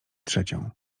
trzecią